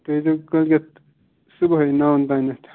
تُہۍ ییٖزیٚو کٲلۍکیٚتھ صبُحٲے نَوَن تام